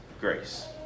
grace